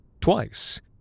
Twice